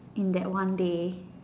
in that one day